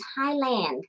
Thailand